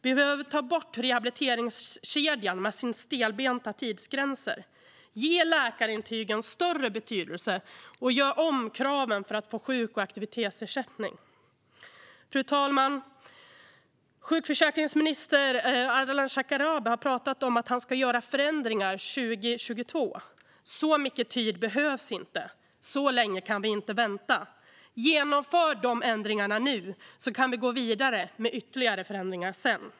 Vi behöver ta bort rehabiliteringskedjan med dess stelbenta tidsgränser. Ge läkarintygen större betydelse, och gör om kraven för att få sjuk och aktivitetsersättning! Fru talman! Sjukförsäkringsminister Ardalan Shekarabi har pratat om att han ska göra förändringar 2022. Så mycket tid behövs inte. Så länge kan vi inte vänta. Genomför de ändringarna nu, så kan vi gå vidare med ytterligare förändringar sedan!